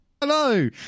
Hello